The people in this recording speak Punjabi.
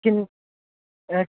ਕਿੰਨ ਹੈ